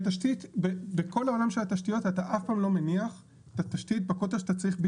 בכל העולם של התשתיות אתה אף פעם לא מניח את התשתית בקוטר שאתה צריך,